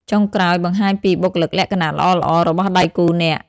ចុងក្រោយ បង្ហាញពីបុគ្គលិកលក្ខណៈល្អៗរបស់ដៃគូអ្នក។